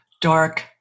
dark